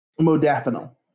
Modafinil